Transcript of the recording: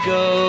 go